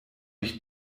ich